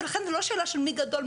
ולכן זה לא שאלה של מי גדול,